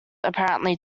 apparently